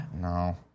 No